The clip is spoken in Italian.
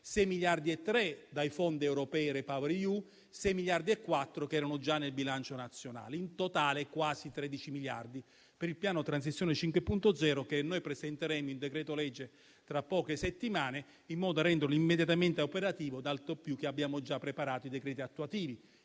milioni dai fondi europei REPower EU e 6 miliardi e 400 milioni che erano già nel bilancio nazionale. In totale, quasi 13 miliardi per il piano Transizione 5.0, che presenteremo in decreto-legge tra poche settimane, in modo da renderlo immediatamente operativo, tanto più che abbiamo già preparato i decreti attuativi.